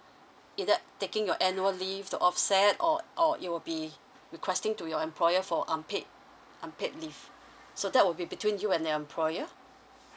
either taking your annual leave to offset or or it will be requesting to your employer for unpaid unpaid leave so that will be between you and your employer